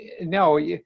no